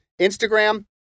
Instagram